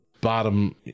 bottom